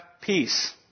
peace